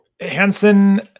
hansen